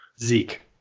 Zeke